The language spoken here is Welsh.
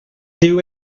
dyw